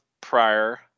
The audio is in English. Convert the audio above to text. prior